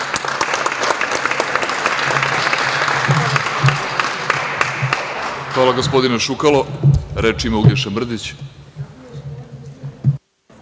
Hvala, gospodine Šukalo. Reč ima Uglješa Mrdić.